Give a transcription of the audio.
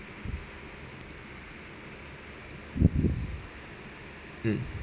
mm